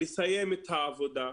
לסיים את העבודה.